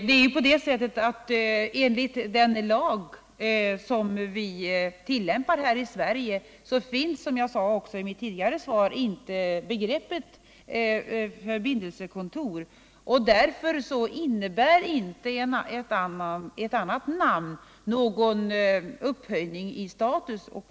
Herr talman! Enligt den lag som vi tillämpar här i Sverige finns inte, som jag också sade i svaret, beteckningen förbindelsekontor. Ett annat namn skulle därför inte innebära någon upphöjning i status.